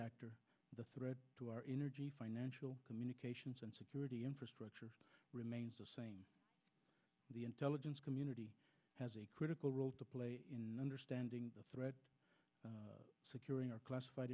actor the threat to our energy financial communications and security infrastructure remains the same the intelligence community has a critical role to play in understanding the threat securing our classified